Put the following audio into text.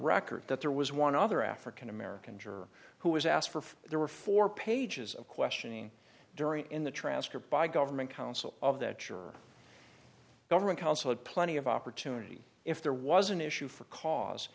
record that there was one other african american juror who was asked for there were four pages of questioning during in the transcript by government counsel of that your government counsel had plenty of opportunity if there was an issue for cause